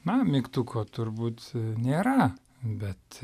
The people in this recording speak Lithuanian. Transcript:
na mygtuko turbūt nėra bet